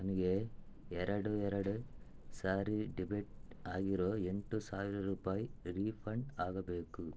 ನನಗೆ ಎರಡು ಎರಡು ಸಾರಿ ಡೆಬಿಟ್ ಆಗಿರೋ ಎಂಟು ಸಾವಿರ ರೂಪಾಯಿ ರೀಫಂಡ್ ಆಗಬೇಕು